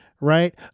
Right